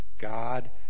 God